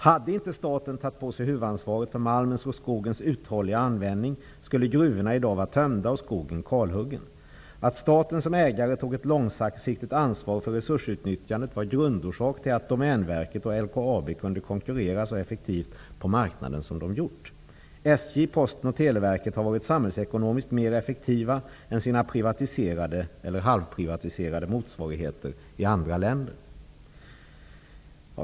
Hade inte staten tagit på sig huvudansvaret för malmens och skogens uthålliga användning, skulle gruvorna i dag vara tömda och skogen kalhuggen. Att staten som ägare tog ett långsiktigt ansvar för resursutnyttjandet var en grundorsak till att Domänverket och LKAB kunde konkurrera så effektivt på marknaden som de gjort. SJ, Posten och Televerket har varit samhällsekonomiskt mera effektiva än sina privatiserade eller halvprivatiserade motsvarigheter i andra länder.